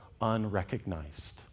unrecognized